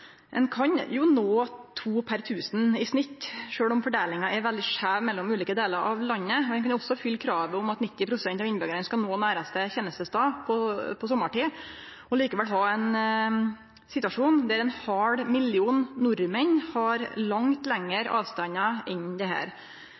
Ein kan nå to per tusen i snitt, sjølv om fordelinga er veldig skeiv mellom ulike delar av landet, og ein kan også fylle kravet om at 90 pst. av innbyggjarane skal nå næraste tenestestad, i sommartida – og likevel ha ein situasjon der ein halv million nordmenn har langt